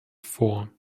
vor